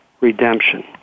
redemption